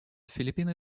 филиппины